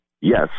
Yes